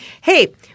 Hey